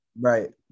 Right